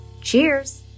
Cheers